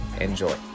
Enjoy